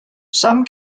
some